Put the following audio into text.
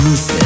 Use